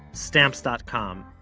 stamps dot com?